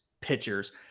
pitchers